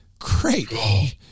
great